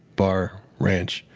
bar, ranch.